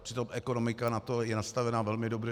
Přitom ekonomika na to je nastavena velmi dobře.